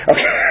Okay